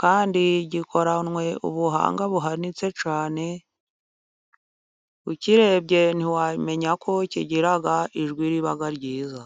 kandi gikoranywe ubuhanga buhanitse cyane, ukirebye ntiwamenya ko kigira ijwi riba ryiza.